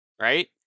right